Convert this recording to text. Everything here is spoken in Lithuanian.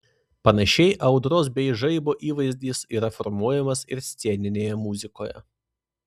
panašiai audros bei žaibo įvaizdis yra formuojamas ir sceninėje muzikoje